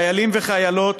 חיילים וחיילות,